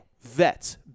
Vets